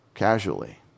casually